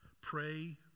pray